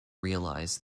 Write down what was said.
realized